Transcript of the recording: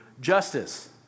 justice